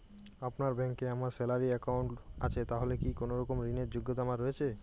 আপনার ব্যাংকে আমার স্যালারি অ্যাকাউন্ট আছে তাহলে কি কোনরকম ঋণ র যোগ্যতা আমার রয়েছে?